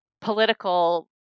political